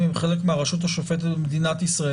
הם חלק מהרשות השופטת במדינת ישראל,